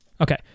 Okay